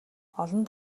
олон